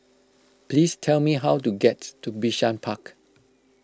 please tell me how to get to Bishan Park